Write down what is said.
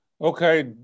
Okay